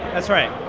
that's right